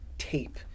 tape